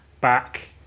back